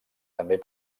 també